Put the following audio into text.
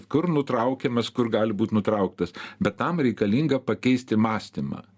kur nutraukiamas kur gali būti nutrauktas bet tam reikalinga pakeisti mąstymą